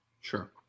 Sure